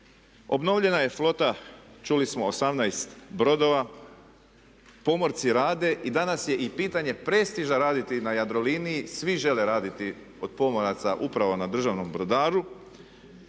obnovljena je flota, čuli smo 18 brodova, pomorci rade i danas je i pitanje prestiža raditi na Jadroliniji, svi žele raditi od pomoraca upravo na državnom brodaru.